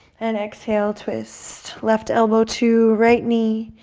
and exhale, twist. left elbow to right knee,